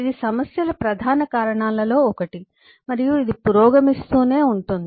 ఇది సమస్యల ప్రధాన కారణాలలో ఒకటి మరియు పురోగమిస్తూనే ఉంటుంది